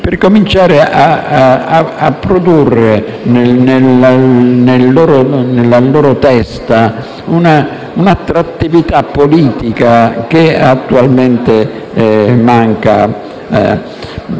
per cominciare a produrre nella loro testa quell'attrattiva verso la politica che attualmente manca.